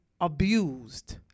abused